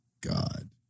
God